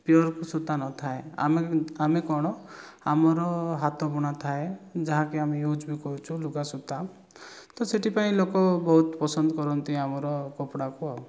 pure ସୂତା ନଥାଏ ଆମେ ଆମେ କ'ଣ ଆମର ହାତ ବୁଣା ଥାଏ ଯାହାକି ଆମେ ୟୁଜ୍ ବି କରୁଛୁ ଲୁଗା ସୂତା ତ ସେଥିପାଇଁ ଲୋକ ବହୁତ ପସନ୍ଦ କରନ୍ତି ଆମର କପଡ଼ାକୁ ଆଉ